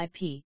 IP